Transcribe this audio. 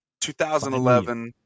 2011